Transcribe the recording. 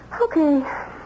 Okay